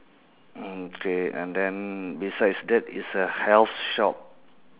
mm okay and then besides that is a health shop